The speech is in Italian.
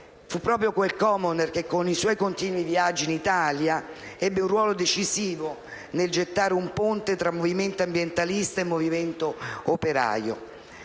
Fu proprio quel Commoner che, con i suoi continui viaggi in Italia, ebbe un ruolo decisivo nel gettare un ponte tra movimento ambientalista e movimento operaio.